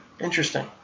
Interesting